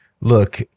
Look